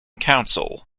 council